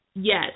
yes